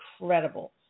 incredible